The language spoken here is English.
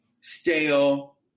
stale